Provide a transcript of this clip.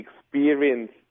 experience